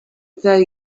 that